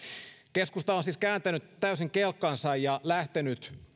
keskusta on siis kääntänyt täysin kelkkansa ja lähtenyt